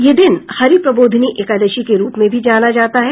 यह दिन हरि प्रबोधिनी एकादशी के रूप में भी जाना जाता है